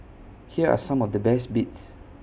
here are some of the best bits